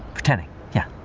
pretending. yeah.